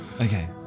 Okay